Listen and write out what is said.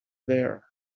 there